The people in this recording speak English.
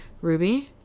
Ruby